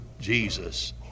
Jesus